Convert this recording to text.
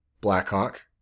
Blackhawk